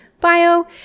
bio